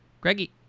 Greggy